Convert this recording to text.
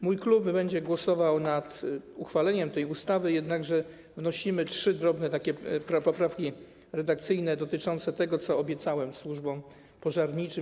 Mój klub będzie głosował za uchwaleniem tej ustawy, jednakże wnosimy trzy drobne poprawki redakcyjne dotyczące tego, co obiecałem służbom pożarniczym.